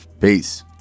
Peace